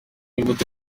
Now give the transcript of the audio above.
imbuto